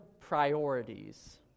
priorities